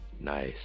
nice